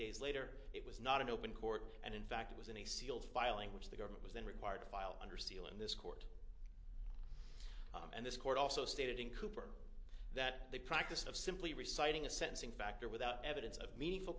days later it was not in open court and in fact it was in a sealed filing which the government was then required to file under seal in this court and this court also stated in cooper that the practice of simply reciting a sensing factor without evidence of meaningful